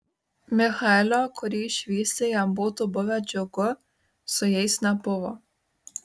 michaelio kurį išvysti jam būtų buvę džiugu su jais nebuvo